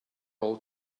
all